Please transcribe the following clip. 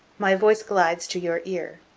my voice glides to your ear.